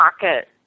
pocket